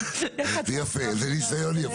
יפה, זה ניסיון יפה.